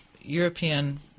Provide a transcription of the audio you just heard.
European